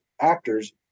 actors